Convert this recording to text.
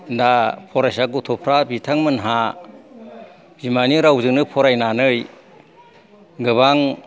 दा फरायसा गथ'फ्रा बिथांमोनहा बिमानि रावजोंनो फरायनानै गोबां